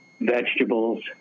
vegetables